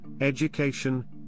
education